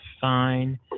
fine